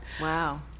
Wow